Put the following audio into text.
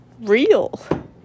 real